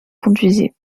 conduisait